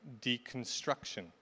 deconstruction